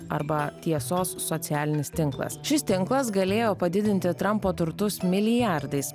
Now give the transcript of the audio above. arba tiesos socialinis tinklas šis tinklas galėjo padidinti trampo turtus milijardais